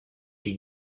she